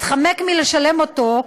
התחמק מלשלם אותם,